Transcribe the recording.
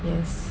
yes